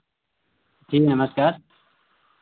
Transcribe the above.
जी नमस्कार